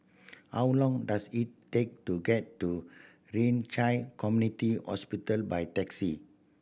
how long does it take to get to Ren Community Hospital by taxi